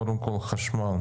קודם כול, חשמל.